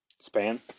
span